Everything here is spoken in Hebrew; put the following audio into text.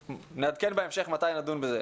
נעדכן בהמשך מתי נדון בזה.